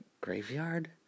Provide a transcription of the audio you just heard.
graveyard